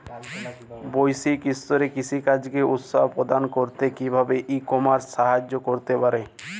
বৈষয়িক স্তরে কৃষিকাজকে উৎসাহ প্রদান করতে কিভাবে ই কমার্স সাহায্য করতে পারে?